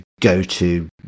go-to